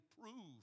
prove